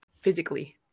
physically